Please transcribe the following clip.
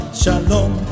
shalom